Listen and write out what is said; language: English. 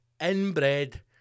inbred